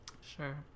sure